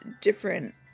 different